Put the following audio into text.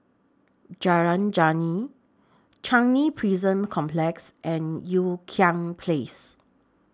Jalan Geneng Changi Prison Complex and Ean Kiam Place